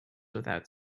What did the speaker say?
without